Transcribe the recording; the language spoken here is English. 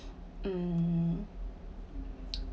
um